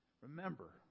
remember